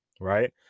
right